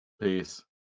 Peace